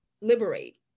liberate